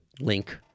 link